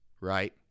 right